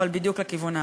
אבל בדיוק לכיוון ההפוך.